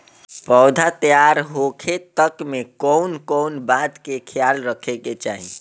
पौधा तैयार होखे तक मे कउन कउन बात के ख्याल रखे के चाही?